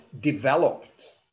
developed